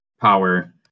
power